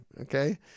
Okay